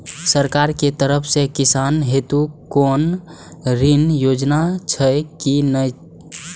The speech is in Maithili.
सरकार के तरफ से किसान हेतू कोना ऋण योजना छै कि नहिं?